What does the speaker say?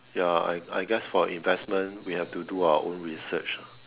ya I I guess for investment we've to do our own research ah